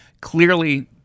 clearly